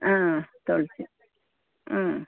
ಹಾಂ ತುಳ್ಸಿ ಹ್ಞೂ